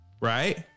right